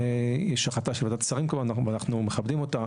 כמובן יש החלטה של ועדת שרים ואנחנו מכבדים אותה,